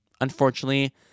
unfortunately